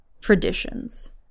traditions